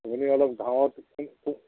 আপুনি অলপ গাঁৱত